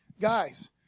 guys